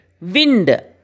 Wind